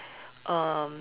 um